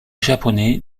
japonais